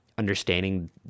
understanding